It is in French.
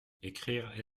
ecrire